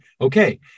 Okay